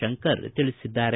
ಶಂಕರ್ ತಿಳಿಸಿದ್ದಾರೆ